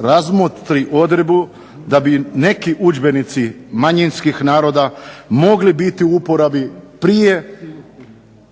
razmotri odredbu da bi neki udžbenici manjinskih naroda mogli biti u uporabi prije